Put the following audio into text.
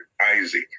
isaac